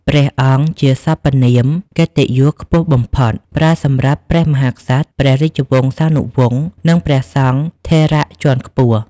ព្រះអង្គ ជាសព្វនាមកិត្តិយសខ្ពស់បំផុត ប្រើសម្រាប់ព្រះមហាក្សត្រ ព្រះរាជវង្សានុវង្ស និងព្រះសង្ឃថេរៈជាន់ខ្ពស់។